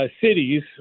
cities